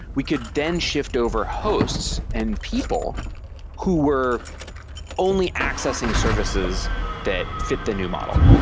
we could then shift over hosts and people who were only accessing services that fit the new model.